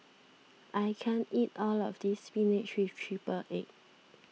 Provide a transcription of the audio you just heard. I can't eat all of this Spinach with Triple Egg